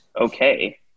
okay